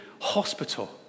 hospital